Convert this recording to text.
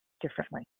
differently